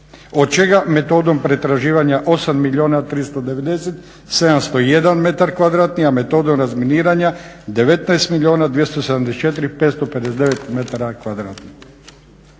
od čega metodom pretraživanja 8,4 km2, a metodom razminiravanja 9,2km2.